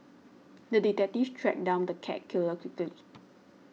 the detective tracked down the cat killer quickly